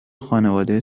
خانواده